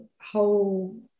whole